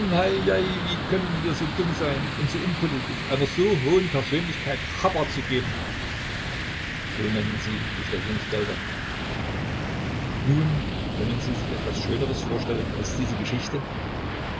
wie könnten wir so dumm sein und so unpolitisch einer so hohen persönlichkeit chabar geben so nennen sie bestechungsgelder nun können sie sich etwas schöneres vorstellen als diese geschichte